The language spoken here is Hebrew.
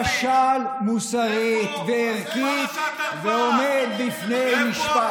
כשל מוסרית וערכית ועומד בפני משפט.